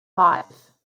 five